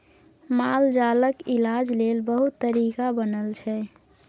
मालजालक इलाज लेल बहुत तरीका बनल छै